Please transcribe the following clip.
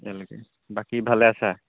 ইয়ালৈকে বাকী ভালে আছা